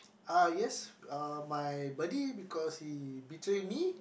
uh yes my uh buddy because he betrayed me